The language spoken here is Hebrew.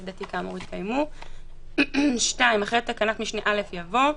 דתי כאמור יתקיימו"; אחרי תקנת משנה (א) יבוא: